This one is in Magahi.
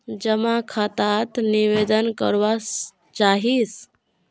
जमा खाता त निवेदन करवा चाहीस?